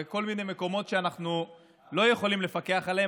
בכל מיני מקומות שאנחנו לא יכולים לפקח עליהם.